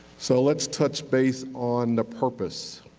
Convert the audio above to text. so let's touch base on the purpose.